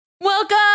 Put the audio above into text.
Welcome